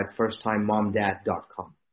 firsttimemomdad.com